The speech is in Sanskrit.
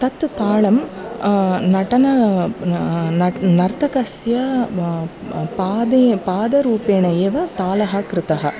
तत् तालं नटनं न नर् नर्तकस्य पादे पादरूपेण एव तालः कृतः